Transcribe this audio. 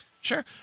Sure